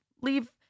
leave